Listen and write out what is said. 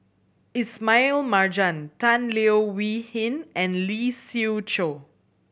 Ismail Marjan Tan Leo Wee Hin and Lee Siew Choh